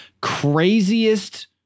Craziest